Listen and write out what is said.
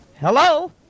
Hello